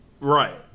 Right